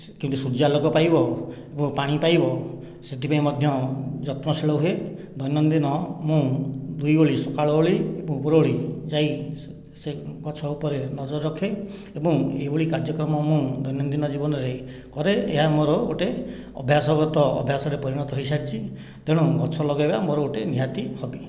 କେମିତି ସୂର୍ଯ୍ୟାଲୋକ ପାଇବ ଏବଂ ପାଣି ପାଇବ ସେଥିପାଇଁ ମଧ୍ୟ ଯତ୍ନଶୀଳ ହୁଏ ଦୈନଦିନ ମୁଁ ଦୁଇ ଓଳି ସକାଳ ଓଳି ଏବଂ ଉପର ଓଳି ଯାଇ ସେ ଗଛ ଉପରେ ନଜର ରଖେ ଏବଂ ଏହିଭଳି କାର୍ଯ୍ୟକ୍ରମ ମୁଁ ଦୈନଦିନ ଜୀବନରେ କରେ ଏହା ମୋର ଗୋଟେ ଅଭ୍ୟାସଗତ ଅଭ୍ୟାସରେ ପରିଣତ ହେଇସାରିଛି ତେଣୁ ଗଛ ଲଗାଇବା ମୋର ଗୋଟେ ନିହାତି ହବି